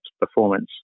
performance